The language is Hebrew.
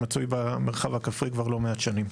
מצוי במרחב הכפרי כבר לא מעט שנים.